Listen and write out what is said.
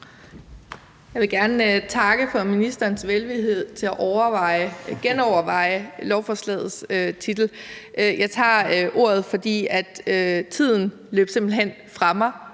Jeg vil gerne takke for ministerens velvillighed til at genoverveje lovforslagets titel. Jeg tager ordet, fordi tiden simpelt hen løb fra